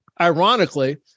Ironically